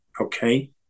okay